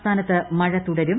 സംസ്ഥാനത്ത് മഴ തുടരും